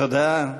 תודה.